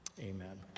amen